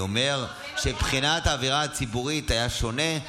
אני אומר שמבחינת האווירה הציבורית זה היה שונה.